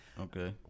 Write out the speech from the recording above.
Okay